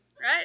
right